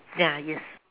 ya yes